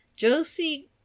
Josie